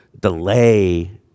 delay